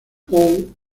paul